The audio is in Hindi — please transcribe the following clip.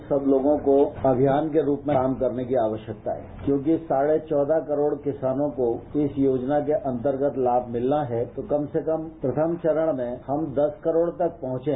हम सब लोगों को अभियान के रूप में काम करने की आवश्यकता है क्योंकि साढे चौदह करोड़ किसानों को इस योजना के अंतर्गत लाम मिलना है तो कम से कम प्रथम चरण में हम दस करोड़ तक पहुंचे